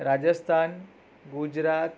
Rajasthan Gujarat